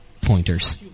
pointers